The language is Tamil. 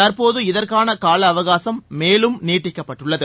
தற்போது இதற்கான காலஅவகாசும் மேலும் நீட்டிக்கப்பட்டுள்ளது